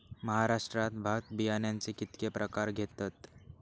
महाराष्ट्रात भात बियाण्याचे कीतके प्रकार घेतत?